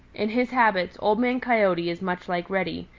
in his habits, old man coyote is much like reddy,